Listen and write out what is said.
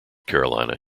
carolina